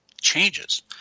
changes